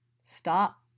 stop